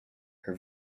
her